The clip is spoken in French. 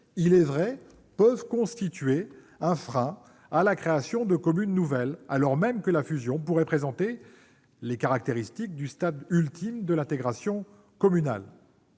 « XXL » peuvent freiner la création de communes nouvelles, alors même que la fusion pourrait présenter les caractéristiques du stade ultime de l'intégration communale.